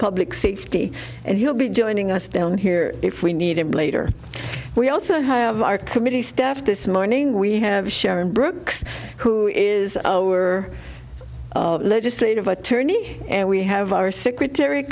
public safety and he'll be joining us down here if we need him later we also have our committee staff this morning we have sharon brooks who is zero or legislative attorney and we have our secretary